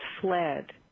fled